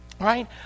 Right